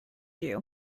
you